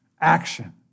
Action